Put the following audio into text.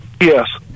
Yes